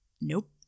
Nope